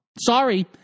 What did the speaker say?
Sorry